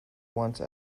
once